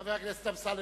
חבר הכנסת אמסלם,